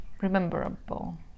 rememberable